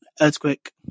Earthquake